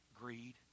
Greed